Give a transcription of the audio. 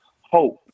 Hope